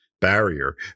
barrier